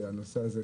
הנושא הזה,